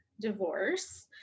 divorce